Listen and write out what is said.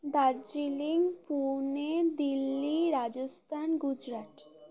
Darjeeling Pune Delhi Rajasthan Gujarat